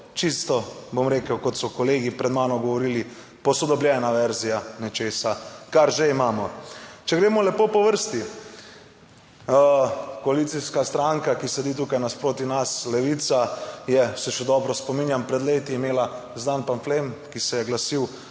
čisto, bom rekel, kot so kolegi pred mano govorili, posodobljena verzija nečesa, kar že imamo. Če gremo lepo po vrsti. Koalicijska stranka, ki sedi tukaj nasproti nas, Levica, je, se še dobro spominjam, pred leti imela znan pamflem, ki se je glasil: